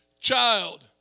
child